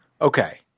Okay